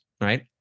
right